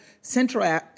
Central